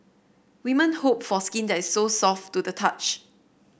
women hope for skin that is so soft to the touch